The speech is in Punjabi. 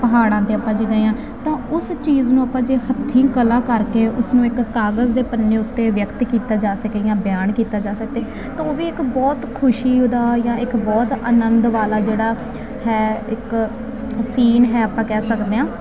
ਪਹਾੜਾਂ 'ਤੇ ਆਪਾਂ ਜੇ ਗਏ ਹਾਂ ਤਾਂ ਉਸ ਚੀਜ਼ ਨੂੰ ਆਪਾਂ ਜੇ ਹੱਥੀਂ ਕਲਾ ਕਰਕੇ ਉਸਨੂੰ ਇੱਕ ਕਾਗਜ਼ ਦੇ ਪੰਨੇ ਉੱਤੇ ਵਿਅਕਤ ਕੀਤਾ ਜਾ ਸਕੇ ਜਾਂ ਬਿਆਨ ਕੀਤਾ ਜਾ ਸਕੇ ਤਾਂ ਉਹ ਵੀ ਇੱਕ ਬਹੁਤ ਖੁਸ਼ੀ ਉਹਦਾ ਜਾਂ ਇੱਕ ਬਹੁਤ ਆਨੰਦ ਵਾਲਾ ਜਿਹੜਾ ਹੈ ਇੱਕ ਸੀਨ ਹੈ ਆਪਾਂ ਕਹਿ ਸਕਦੇ ਹਾਂ